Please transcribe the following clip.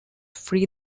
free